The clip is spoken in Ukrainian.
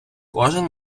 кожен